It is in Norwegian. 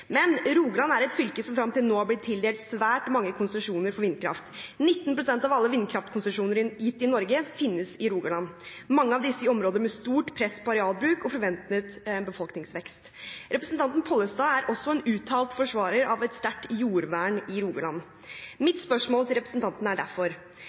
men Rogaland er et fylke som frem til nå er blitt tildelt svært mange konsesjoner for vindkraft. 19 pst. av alle vindkraftkonsesjoner gitt i Norge finnes i Rogaland, og mange av disse i områder med stort press på arealbruk og forventet befolkningsvekst. Representanten Pollestad er også en uttalt forsvarer av et sterkt jordvern i Rogaland.